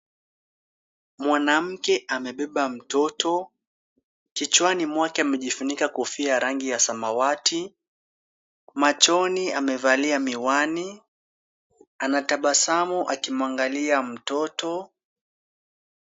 Mwanamke amebeba mtoto. Kichwani mwake amejifunika kofia ya rangi ya samawati. Machoni amevalia miwani. Anatabasamu akimwangalia mtoto.